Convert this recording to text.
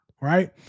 Right